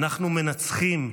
אנחנו מנצחים.